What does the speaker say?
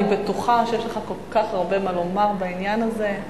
אני בטוחה שיש לך כל כך הרבה מה לומר בעניין הזה.